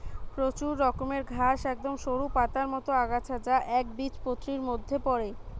প্রচুর রকমের ঘাস একদম সরু পাতার মতন আগাছা যা একবীজপত্রীর মধ্যে পড়ে